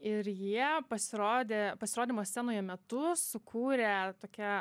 ir jie pasirodė pasirodymo scenoje metu sukūrė tokią